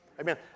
Amen